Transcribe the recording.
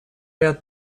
ряд